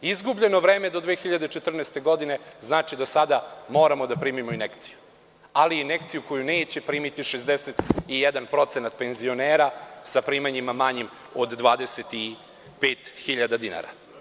Izgubljeno vreme do 2014. godine znači da sada moramo da primimo injekciju, ali injekciju koju neće primiti 61% penzionera sa primanjima manjim od 25.000 dinara.